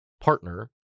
partner